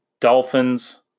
Dolphins